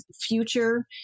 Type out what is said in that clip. future